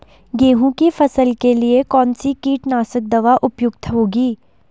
गेहूँ की फसल के लिए कौन सी कीटनाशक दवा उपयुक्त होगी?